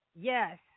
Yes